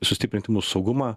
sustiprinti mūsų saugumą